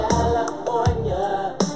California